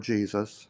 Jesus